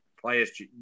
players